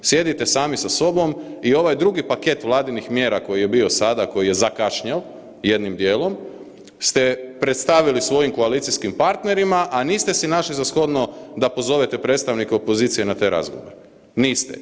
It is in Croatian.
Sjedite sami sa sobom i ovaj drugi paket Vladinih mjera koji je bio sada, koji je zakašnjeo jednim dijelom ste predstavili svojim koalicijskim partnerima, a niste si našli za shodno da pozovete predstavnike opozicije na taj razgovor, niste.